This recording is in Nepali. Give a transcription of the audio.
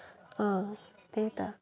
अँ त्यही त